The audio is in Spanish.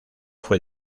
fue